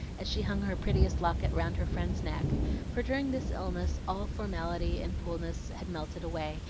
as she hung her prettiest locket round her friend's neck for during this illness all formality and coolness had melted away,